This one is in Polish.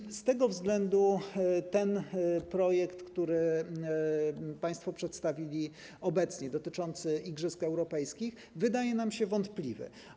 I z tego względu ten projekt, który państwo przedstawili obecnie, dotyczący igrzysk europejskich, wydaje nam się wątpliwy.